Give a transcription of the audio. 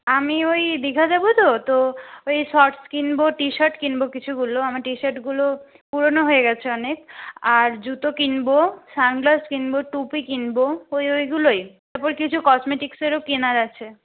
আমি ওই দীঘা যাব তো তো ওই শর্টস কিনবো টিশার্ট কিনবো কিছুগুলো আমার টিশার্টগুলো পুরনো হয়ে গেছে অনেক আর জুতো কিনবো সানগ্লাস কিনবো টুপি কিনবো ওই ওইগুলোই তারপর কিছু কসমেটিকসেরও কেনার আছে